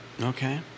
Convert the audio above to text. Okay